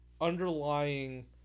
underlying